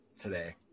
today